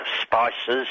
spices